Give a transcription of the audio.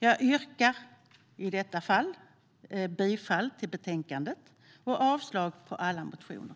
Jag yrkar i detta fall bifall till utskottets förslag i betänkandet och avslag på alla motioner.